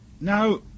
Now